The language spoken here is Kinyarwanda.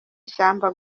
ishyamba